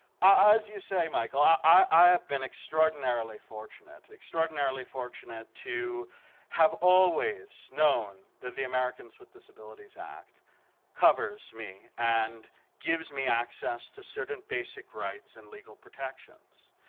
ah as you say, michael, ah i have been extraordinarily fortunate, extraordinarily fortunate to have always known that the americans with disabilities act covers me, and gives me access to certain basic rights and legal protections.